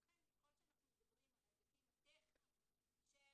לכן, ככל שאנחנו מדברים על ההיבטים הטכניים של